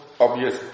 obvious